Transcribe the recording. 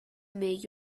make